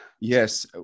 Yes